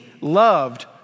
loved